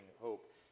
hope